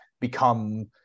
become